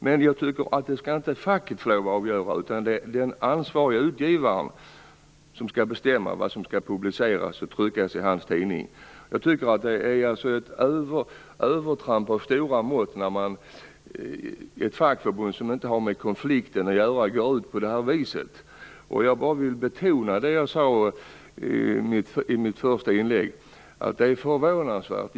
Men jag tycker inte att facket skall få avgöra detta, utan det är den ansvarige utgivaren som skall bestämma vad som skall publiceras och tryckas i hans tidning. Jag tycker att det är ett övertramp av stora mått när man i ett fackförbund som inte har med konflikten att göra går ut på det viset som gjordes i det här fallet.